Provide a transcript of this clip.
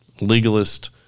legalist